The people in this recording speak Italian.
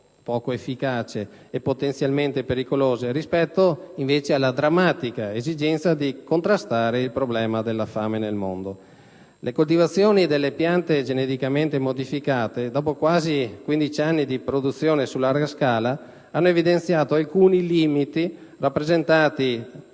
poco efficaci e potenzialmente pericolose rispetto alla drammatica esigenza di contrastare il problema della fame nel mondo. Le coltivazioni delle piante geneticamente modificate, dopo quasi 15 anni di produzione su larga scala, hanno evidenziato alcuni limiti rappresentati